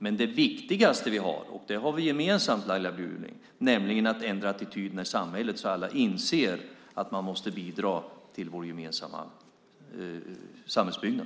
Men det viktigaste vi har - och det har vi gemensamt, Laila Bjurling - är att ändra attityderna i samhället så att alla inser att man måste bidra till vår gemensamma samhällsbyggnad.